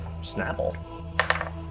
Snapple